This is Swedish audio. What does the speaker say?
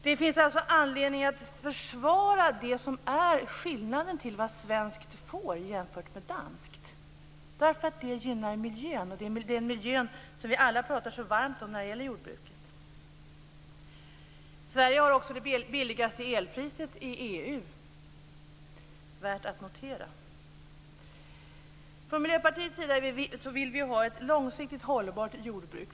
Det finns alltså anledning att försvara det som är skillnaden när det gäller vad svenskt jordbruk får jämfört med danskt. Det gynnar miljön, och vi pratar alla så varmt om miljön när det gäller jordbruket. Sverige har också det billigaste elpriset i EU. Det är värt att notera. Vi i Miljöpartiet vill ha ett långsiktigt hållbart jordbruk.